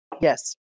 Yes